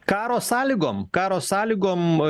karo sąlygom karo sąlygom